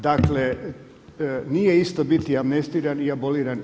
Dakle, nije isto biti amnestiran i aboliran.